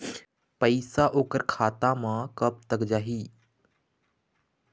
पैसा ओकर खाता म कब तक जाही?